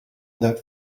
that